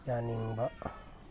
ꯌꯥꯅꯤꯡꯕ